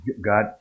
God